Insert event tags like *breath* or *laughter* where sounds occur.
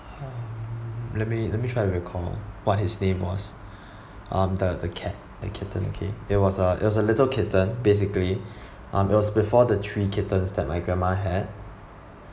um let me let me try to recall what his name was *breath* um the the cat the kitten okay it was a it was a little kitten basically *breath* um it was before the three kittens that my grandma had